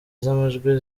z’amajwi